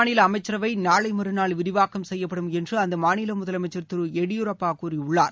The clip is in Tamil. மாநில அமைச்சரவை நாளை மறுநாள் விரிவாக்கம் செய்யப்படும் என்று அந்த மாநில கர்நாடக முதலமைச்சர் திரு எடியூரப்பா கூறியுள்ளார்